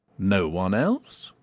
no one else?